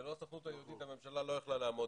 ללא הסוכנות היהודית הממשלה לא יכלה לעמוד